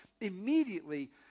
immediately